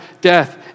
death